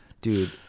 dude –